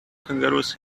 kangaroos